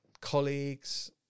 colleagues